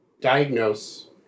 diagnose